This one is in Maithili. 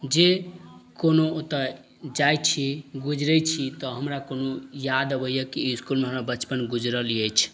जे कोनो ओतऽ जाइ छी गुजरय छी तऽ हमरा कोनो याद अबैये कि ई इसकुलमे हमरा बचपन गुजरल अछि